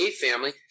family